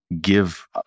give